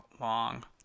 long